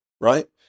right